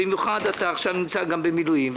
במיוחד אתה עכשיו נמצא גם במילואים,